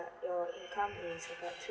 your income is about